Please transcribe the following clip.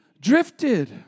drifted